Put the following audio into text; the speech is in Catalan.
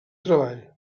treball